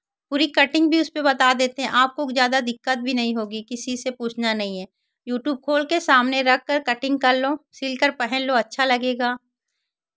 पूरी कटिंग भी उसपे बता देते हैं आपको ज़्यादा दिक्कत भी नहीं होगी किसी से पूछना नहीं है यूट्यूब खोल के सामने रखकर कटिंग कर लो सिलकर पहन लो अच्छा लगेगा